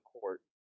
court